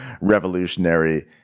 revolutionary